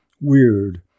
weird